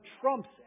trumps